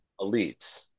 elites